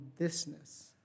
thisness